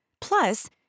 Plus